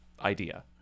idea